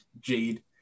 Jade